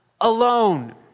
alone